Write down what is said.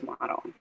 model